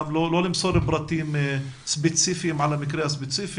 אל תמסרו פרטים ספציפיים על המקרה הספציפי,